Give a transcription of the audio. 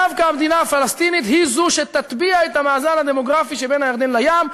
דווקא המדינה הפלסטינית היא שתטביע את המאזן הדמוגרפי שבין הירדן לים.